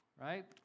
right